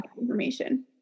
information